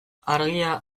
argia